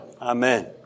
Amen